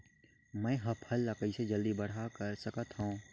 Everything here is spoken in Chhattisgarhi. मैं ह फल ला कइसे जल्दी बड़ा कर सकत हव?